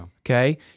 Okay